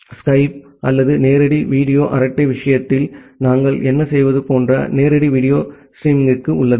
Skype அல்லது நேரடி video அரட்டை விஷயத்தில் நாங்கள் என்ன செய்வது போன்ற நேரடி வீடியோ ஸ்ட்ரீமிங்கும் உள்ளது